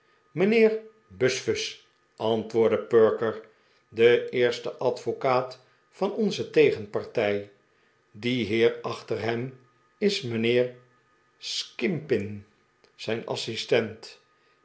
mijnheer buzfuz antwoordde perker de eerste advocaat van onze tegenpartij die heer achter hem is mijnheer skimpin zijn assistent